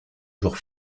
jours